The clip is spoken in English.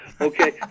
Okay